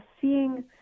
seeing